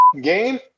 game